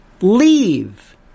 leave